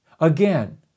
Again